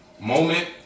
moment